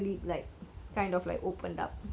!ouch!